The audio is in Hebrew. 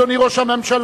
אדוני ראש הממשלה,